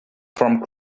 from